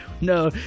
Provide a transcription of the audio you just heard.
No